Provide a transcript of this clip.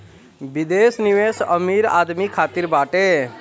विदेश निवेश अमीर आदमी खातिर बाटे